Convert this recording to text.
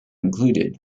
included